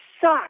suck